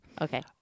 Okay